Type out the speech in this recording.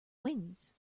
wings